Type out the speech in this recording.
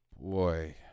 boy